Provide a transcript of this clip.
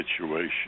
situation